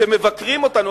שמבקרים אותנו,